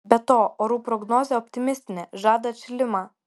be to orų prognozė optimistinė žada atšilimą